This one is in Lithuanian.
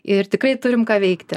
ir tikrai turim ką veikti